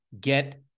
get